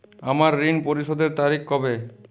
আমার ঋণ পরিশোধের তারিখ কবে?